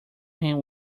him